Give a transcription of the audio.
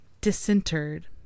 disinterred